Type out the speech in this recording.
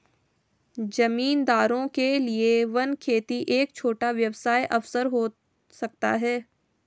जमींदारों के लिए वन खेती एक छोटा व्यवसाय अवसर हो सकता है